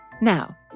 Now